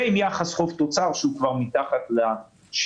ועם יחס חוב תוצר שהוא כבר מתחת ל-70%.